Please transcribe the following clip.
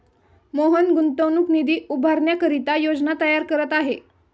मोहन गुंतवणूक निधी उभारण्याकरिता योजना तयार करत आहे